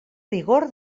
rigor